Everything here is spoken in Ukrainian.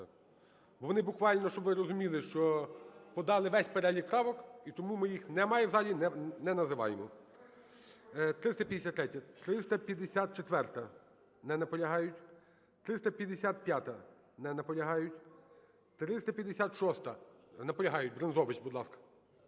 Бо вони буквально, щоб ви розуміли, що подали весь перелік правок, і тому ми їх: немає в залі - не називаємо. 353-я. 354-а. Не наполягають. 355-а. Не наполягають. 356-а. Наполягають. Брензович, будь ласка.